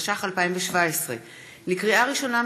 התשע"ח 2017. לקריאה ראשונה,